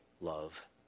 love